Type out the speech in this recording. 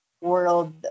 world